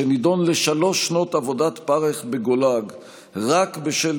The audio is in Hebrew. שנידון לשלוש שנות עבודת פרך בגולאג רק בשל